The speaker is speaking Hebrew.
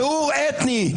טיהור אתני.